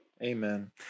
Amen